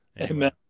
Amen